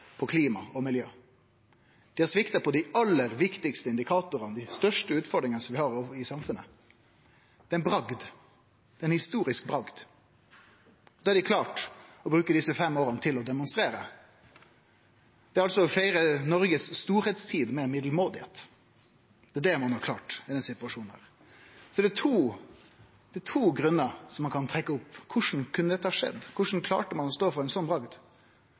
klima og miljø. Dei har svikta på dei aller viktigaste indikatorane, dei største utfordringane vi har i samfunnet. Det er ei bragd, ei historisk bragd. Dei har klart å bruke desse fem åra til å demonstrere det. Det er å feire Noregs stordomstid med det middelmåtige. Det er det ein har klart i denne situasjonen. Det er to grunnar ein kan trekke fram for korleis det kunne skje, korleis ein klarte å stå for ei slik bragd.